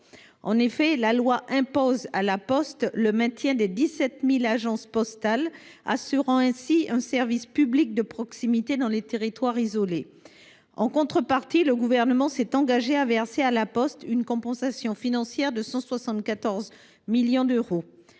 En effet, la loi impose à La Poste le maintien des 17 000 agences postales, assurant ainsi un service public de proximité dans les territoires isolés. En contrepartie, le Gouvernement s’est engagé à verser à La Poste une compensation financière de 174 millions d’euros.